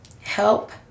help